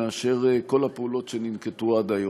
מכל הפעולות שננקטו עד היום,